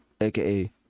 aka